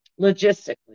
Logistically